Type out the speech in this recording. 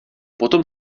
potom